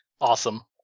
Awesome